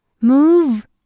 Move